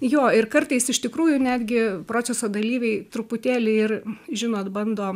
jo ir kartais iš tikrųjų netgi proceso dalyviai truputėlį ir žinot bando